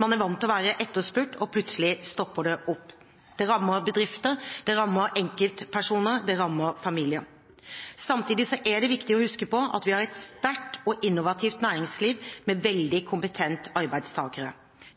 Man er vant til å være etterspurt, og plutselig stopper det opp. Det rammer bedrifter, det rammer enkeltpersoner, det rammer familier. Samtidig er det viktig å huske på at vi har et sterkt og innovativt næringsliv, med veldig kompetente arbeidstakere.